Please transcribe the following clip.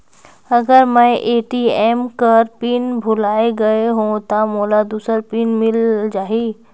अगर मैं ए.टी.एम कर पिन भुलाये गये हो ता मोला दूसर पिन मिल जाही?